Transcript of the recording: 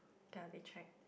ya we tried